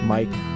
Mike